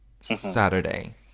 Saturday